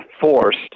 forced